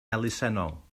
elusennol